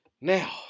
Now